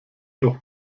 doch